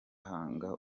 hanga